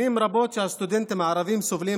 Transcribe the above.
שנים רבות הסטודנטים הערבים סובלים